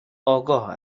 آگاه